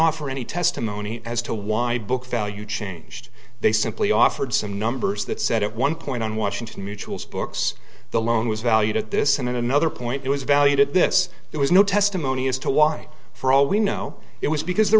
offer any testimony as to why book value changed they simply offered some numbers that said at one point on washington mutual's books the loan was valued at this and at another point it was valued at this there was no testimony as to why for all we know it was because the